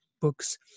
books